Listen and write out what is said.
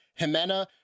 Jimena